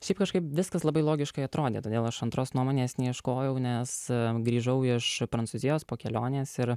šiaip kažkaip viskas labai logiškai atrodė todėl aš antros nuomonės neieškojau nes grįžau iš prancūzijos po kelionės ir